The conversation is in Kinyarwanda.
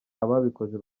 ababikoze